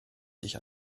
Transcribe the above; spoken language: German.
sich